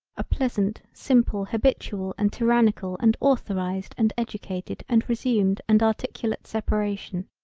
a pleasant simple habitual and tyrannical and authorised and educated and resumed and articulate separation.